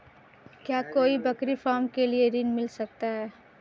क्या कोई बकरी फार्म के लिए ऋण मिल सकता है?